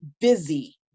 busy